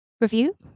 review